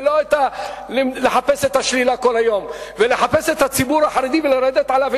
ולא לחפש את השלילה כל היום ולחפש את הציבור החרדי ולרדת עליו.